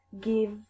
give